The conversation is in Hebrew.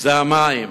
זה המים,